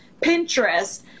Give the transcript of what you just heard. Pinterest